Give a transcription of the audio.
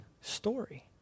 story